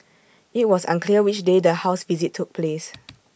IT was unclear which day the house visit took place